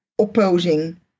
opposing